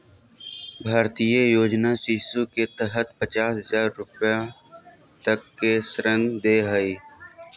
भारतीय योजना शिशु के तहत पचास हजार रूपया तक के ऋण दे हइ